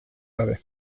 gabe